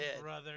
brother